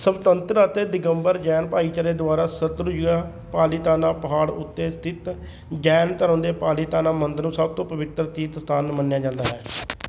ਸਵਤੰਤਰ ਅਤੇ ਦਿਗੰਬਰ ਜੈਨ ਭਾਈਚਾਰੇ ਦੁਆਰਾ ਸ਼ਤਰੂਜਯਾ ਪਾਲੀਤਾਨਾ ਪਹਾੜ ਉੱਤੇ ਸਥਿਤ ਜੈਨ ਧਰਮ ਦੇ ਪਾਲੀਤਾਨਾ ਮੰਦਰਾਂ ਨੂੰ ਸਭ ਤੋਂ ਪਵਿੱਤਰ ਤੀਰਥ ਸਥਾਨ ਮੰਨਿਆ ਜਾਂਦਾ ਹੈ